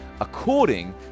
according